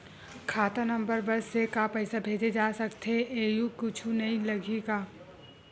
खाता नंबर बस से का पईसा भेजे जा सकथे एयू कुछ नई लगही का?